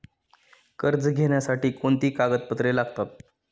कर्ज घेण्यासाठी कोणती कागदपत्रे लागतात?